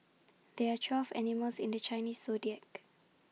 there are twelve animals in the Chinese Zodiac